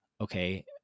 okay